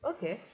Okay